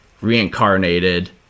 reincarnated